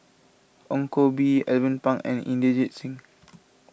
Ong Koh Bee Alvin Pang and Inderjit Singh